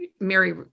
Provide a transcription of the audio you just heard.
Mary